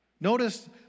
notice